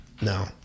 No